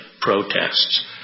protests